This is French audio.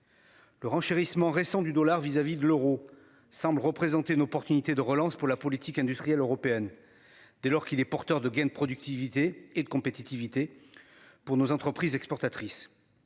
Le renchérissement récent du dollar vis-à-vis de l'euro semble représenter une opportunité de relance pour la politique industrielle européenne. Dès lors qu'il est porteur de gain de productivité et de compétitivité. Pour nos entreprises exportatrices.